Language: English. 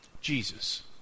Jesus